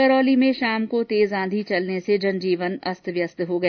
करौली में शाम को तेज आंधी चलने से जन जीवन अस्तव्यस्त हो गया